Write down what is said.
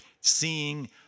seeing